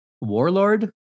warlord